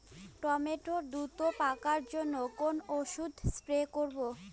Tomato দ্রুত পাকার জন্য কোন ওষুধ স্প্রে করব?